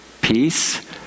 peace